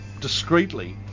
discreetly